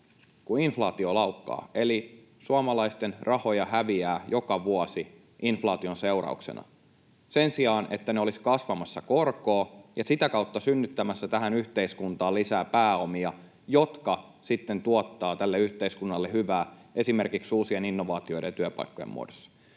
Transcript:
kun inflaatio laukkaa. Eli suomalaisten rahoja häviää joka vuosi inflaation seurauksena sen sijaan, että ne olisivat kasvamassa korkoa ja sitä kautta synnyttämässä tähän yhteiskuntaan lisää pääomia, jotka sitten tuottavat tälle yhteiskunnalle hyvää esimerkiksi uusien innovaatioiden ja työpaikkojen muodossa.